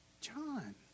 John